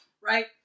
Right